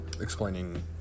explaining